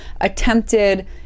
Attempted